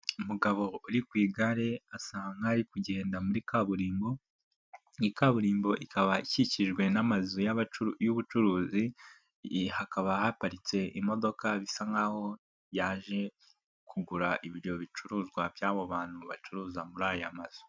Umugabo uri ku igare asa nkaho ari kugenda muri kaburimbo, iyi kaburimbo ikaba ikikijwe n'amazu y'ubucuruzi hakaba haparitse imodoka bisa nkaho yaje kugura ibyo bicuruzwa by'abo bantu bacuruza muri aya mazu.